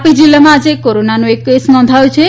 તાપી જીલ્લામાં આજે કોરોનાનો એક કેસ નોંધાયો છે